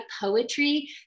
poetry